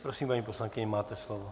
Prosím, paní poslankyně, máte slovo.